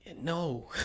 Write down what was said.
no